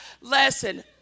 lesson